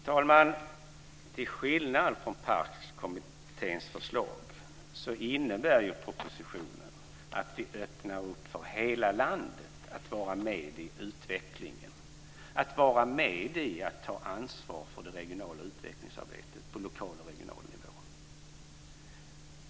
Fru talman! Till skillnad från PARK:s förslag innebär propositionen att vi öppnar upp för hela landet att vara med i utvecklingen och ta ansvar för det regionala utvecklingsarbetet på lokal och regional nivå.